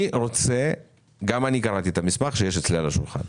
גם אני קראתי את המסמך שנמצא אצלי על השולחן.